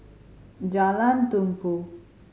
Jalan Tumpu